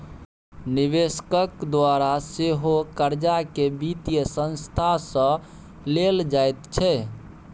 निवेशकक द्वारा सेहो कर्जाकेँ वित्तीय संस्था सँ लेल जाइत छै